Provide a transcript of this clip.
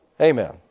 Amen